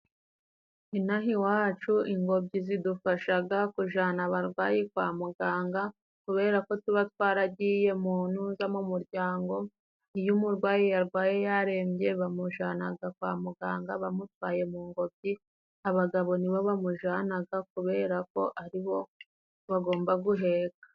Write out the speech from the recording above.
Inaha iwacu ingobyi zidufashaga kujana abarwayi kwa muganga, kubera ko tuba twaragiye mu ntuza mu muryango, iyo umurwayi yarwaye yarembye bamujanaga kwa muganga bamutwaye mu ngobyi, abagabo nibo bamujanaga kubera ko ari bo bagomba guheka.